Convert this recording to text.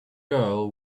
girl